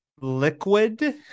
liquid